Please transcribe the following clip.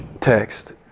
text